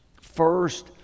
first